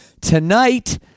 Tonight